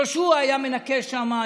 יהושע היה מנקה שם,